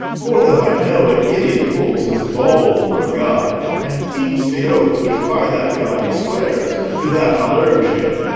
for that i know an idiot holds his bauble for a god, and keeps the oath which by that god he swears, to that i'll urge him.